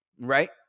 right